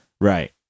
Right